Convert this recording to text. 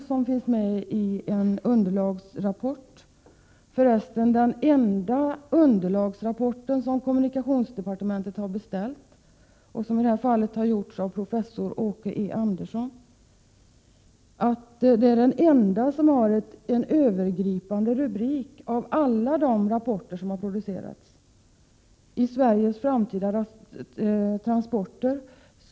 Det finns en underlagsrapport gjord av professor Åke E Andersson. Det är för övrigt den enda av alla de underlagsrapporter som kommunikationsdepartementet har beställt som har en övergripande rubrik, ”Sveriges framtida transporter”.